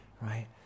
right